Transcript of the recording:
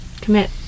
commit